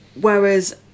Whereas